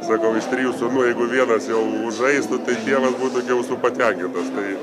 sakau iš trijų sūnų jeigu vienas jau žaistų tai tėvas būtų iki ausų patenkintas tai